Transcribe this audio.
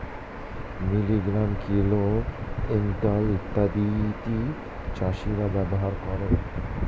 milligram, kilo, quintal ইত্যাদি চাষীরা ব্যবহার করে